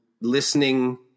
listening